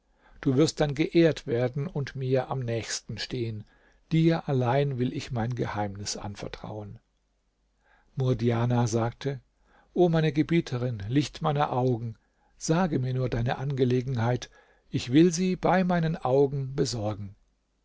du wirst dann geehrt werden und mir am nächsten stehen dir allein will ich mein geheimnis anvertrauen murdjana sagte o meine gebieterin licht meiner augen sage mir nur deine angelegenheit ich will sie bei meinen augen besorgen